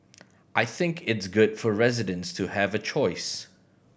I think is good for residents to have a choice